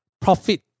profit